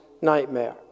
nightmare